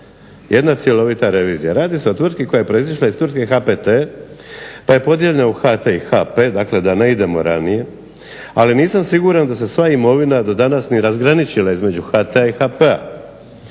Jedna cjelovita revizija. Radi se o tvrtki koja je proizašla iz tvrtke HPT, pa je podijeljena u HT i HP, dakle da ne idemo ranije. Ali nisam siguran da se sva imovina do danas ni razgraničila između HT-a i HP-a.